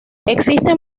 existen